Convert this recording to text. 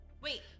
Wait